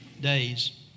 days